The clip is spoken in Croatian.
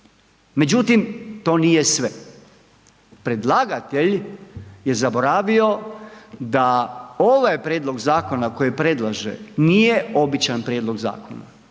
Međutim, to nije sve. Predlagatelj je zaboravio da ovaj prijedlog zakona koji predlaže, nije običan prijedlog zakona,